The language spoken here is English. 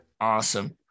Awesome